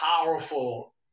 powerful